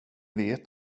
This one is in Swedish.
vet